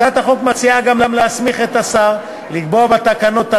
בהצעת החוק מוצע גם להסמיך את השר לקבוע בתקנות את